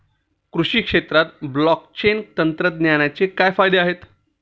कृषी क्षेत्रात ब्लॉकचेन तंत्रज्ञानाचे काय फायदे आहेत?